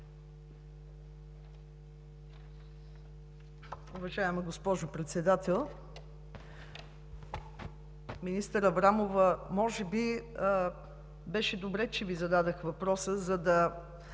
Министър Аврамова, може би беше добре, че Ви зададох въпроса, за да